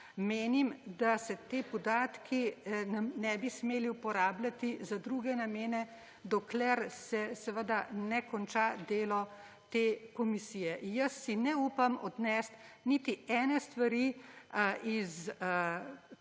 menim, da se ti podatki ne bi smeli uporabljati za druge namene, dokler se seveda ne konča delo te komisije. Jaz si ne upam odnesti niti ene stvari iz